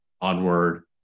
onward